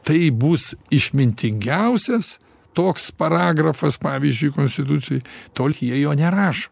tai bus išmintingiausias toks paragrafas pavyzdžiui konstitucijoj tol jie jo nerašo